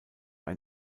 ein